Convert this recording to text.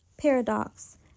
paradox